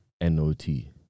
N-O-T